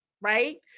right